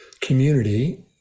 community